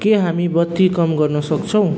के हामी बत्ती कम गर्न सक्छौँ